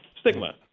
Stigma